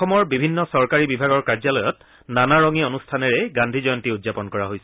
অসমৰ বিভিন্ন চৰকাৰী বিভাগৰ কাৰ্যালয়ত নানাৰঙী অনুষ্ঠানেৰে গান্ধী জয়ন্তী উদযাপন কৰা হৈছে